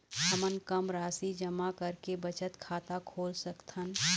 हमन कम राशि जमा करके बचत खाता खोल सकथन?